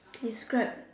describe